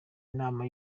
inama